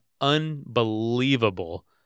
unbelievable